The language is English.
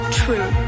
true